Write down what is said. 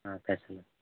పెసలు